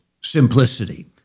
simplicity